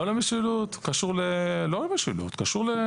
לא למשילות, קשור לאכפתיות.